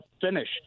finish